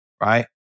Right